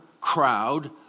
crowd